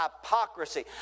hypocrisy